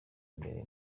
mbere